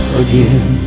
again